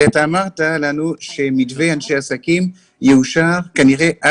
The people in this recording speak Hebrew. לגבי מתווה אנשי עסקים - השר צריך להחליט.